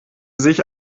sich